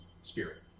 Spirit